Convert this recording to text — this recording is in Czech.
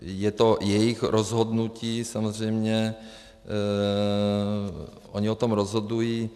Je to jejich rozhodnutí samozřejmě, oni o tom rozhodují.